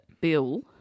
bill